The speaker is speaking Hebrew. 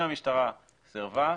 אם המשטרה סירבה,